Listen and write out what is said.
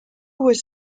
was